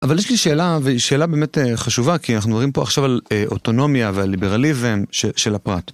אבל יש לי שאלה, והיא שאלה באמת חשובה, כי אנחנו מדברים פה עכשיו על אוטונומיה ועל ליברליזם של הפרט.